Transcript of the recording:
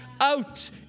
out